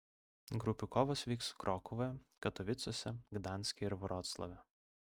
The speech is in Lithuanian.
grupių kovos vyks krokuvoje katovicuose gdanske ir vroclave